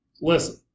listen